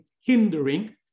hindering